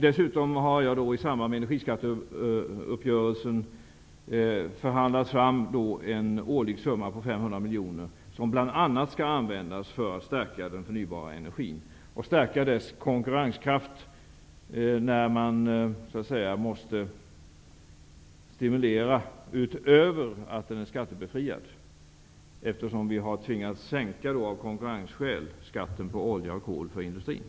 Dessutom har jag i samband med energiskatteuppgörelsen förhandlat fram en årlig summa på 500 miljoner som bl.a. skall användas för att stärka konkurrenskraften hos den energi som producerats av förnybara energikällor när man måste stimulera utöver att den är skattebefriad. Vi har ju av konkurrensskäl tvingats sänka skatten på olja och kol för industrin.